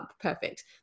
perfect